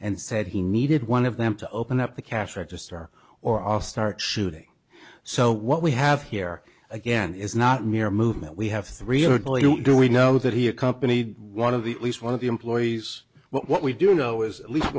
and said he needed one of them to open up the cash register or all start shooting so what we have here again is not mere movement we have three hundred value do we know that he accompanied one of the at least one of the employees what we do know is at least